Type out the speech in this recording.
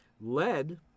Lead